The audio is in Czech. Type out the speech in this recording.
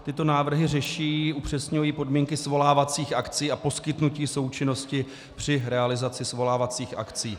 Tyto návrhy upřesňují podmínky svolávacích akcí a poskytnutí součinnosti při realizaci svolávacích akcí.